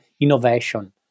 innovation